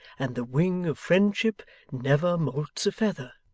and the wing of friendship never moults a feather!